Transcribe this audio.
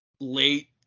late